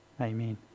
Amen